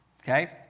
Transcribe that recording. okay